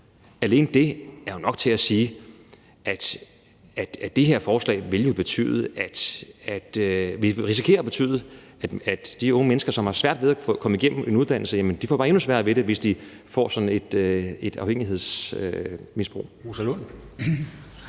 er jo nok til at sige, at det her forslag vil risikere at betyde, at de unge mennesker, som har svært ved at komme igennem en uddannelse, bare får endnu sværere ved det, hvis de får sådan en afhængighed og et misbrug.